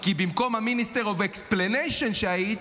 כי במקום ה-Minister of Explanation שהיית,